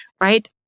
right